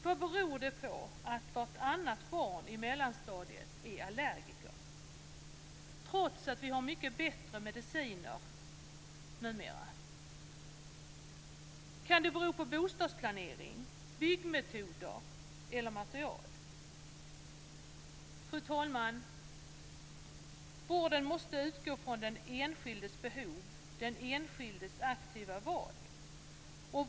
Vad beror det på att vartannat barn i mellanstadiet är allergiker, trots att vi numera har bättre mediciner? Kan det bero på bostadsplanering, byggmetoder eller material? Fru talman! Vården måste utgå från den enskildes behov, den enskildes aktiva val.